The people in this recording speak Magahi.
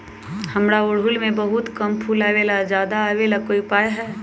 हमारा ओरहुल में बहुत कम फूल आवेला ज्यादा वाले के कोइ उपाय हैं?